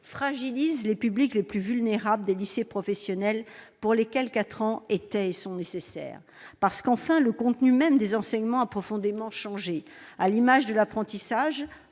également les publics les plus vulnérables des lycées professionnels, pour lesquels quatre années étaient et restent nécessaires. Enfin, le contenu même des enseignements a profondément changé, à l'image de l'apprentissage.